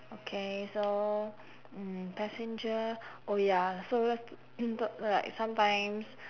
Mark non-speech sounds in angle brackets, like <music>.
okay so mm passenger oh ya so st~ <noise> so like some times